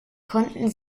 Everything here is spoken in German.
konnten